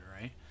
right